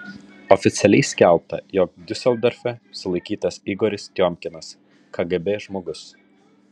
oficialiai skelbta jog diuseldorfe sulaikytas igoris tiomkinas kgb žmogus